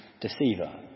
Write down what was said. deceiver